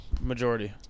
Majority